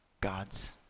God's